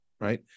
Right